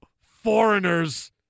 foreigners